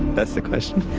that's the question.